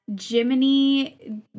Jiminy